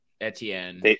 etienne